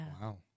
Wow